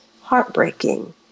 heartbreaking